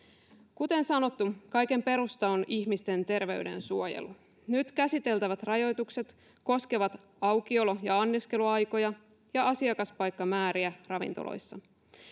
kuten sanottu kaiken perusta on ihmisten terveyden suojelu nyt käsiteltävät rajoitukset koskevat aukiolo ja anniskeluaikoja ja asiakaspaikkamääriä ravintoloissa